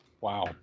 Wow